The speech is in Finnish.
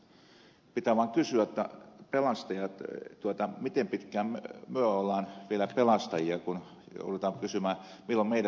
pitää vaan kysyä pelastajat miten pitkään me olemme vielä pelastajia milloin meidät pelastetaan